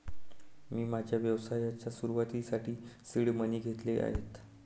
मी माझ्या व्यवसायाच्या सुरुवातीसाठी सीड मनी घेतले आहेत